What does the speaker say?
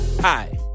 Hi